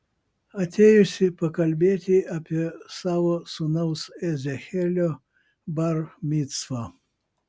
atėjusi pakalbėti apie savo sūnaus ezechielio bar micvą